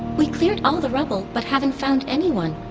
we cleared all the rubble, but haven't found anyone.